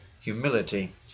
humility